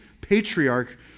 patriarch